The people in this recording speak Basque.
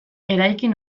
eraikin